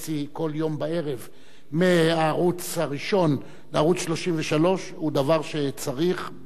מהערוץ הראשון לערוץ-33 היא דבר שצריך דיון מיוחד,